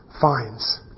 finds